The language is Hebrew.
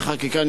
ואכן,